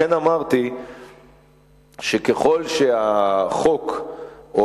לכן, אמרתי שככל שהחוק או